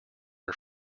are